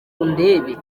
undebe